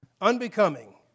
Unbecoming